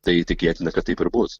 tai tikėtina kad taip ir bus